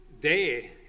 day